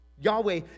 Yahweh